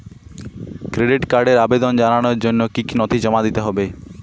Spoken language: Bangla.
ক্রেডিট কার্ডের আবেদন জানানোর জন্য কী কী নথি জমা দিতে হবে?